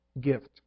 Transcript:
gift